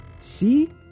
See